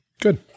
Good